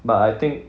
but I think